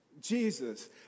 Jesus